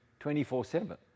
24-7